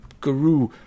guru